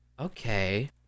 Okay